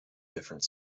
different